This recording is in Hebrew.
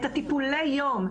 את טיפולי היום,